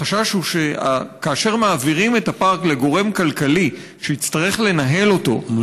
החשש הוא שכאשר מעבירים את הפארק לגורם כלכלי שיצטרך לנהל אותו כדי